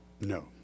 No